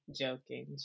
joking